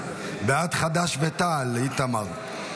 נגד בעד חד"ש ותע"ל, איתמר.